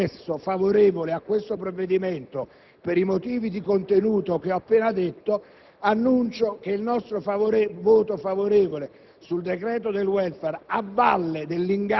Quindi, nell'annunciare questo «voto perplesso» favorevole a questo provvedimento (per i motivi di contenuto che ho appena detto), annuncio che il nostro voto favorevole